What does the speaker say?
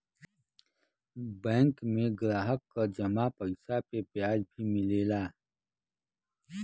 bank में ग्राहक क जमा पइसा पे ब्याज भी मिलला